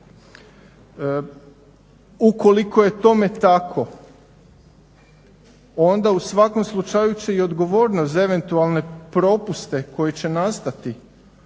U koliko je tome tako, onda u svakom slučaju će i odgovornost za eventualne propuste koje će nastati